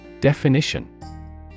Definition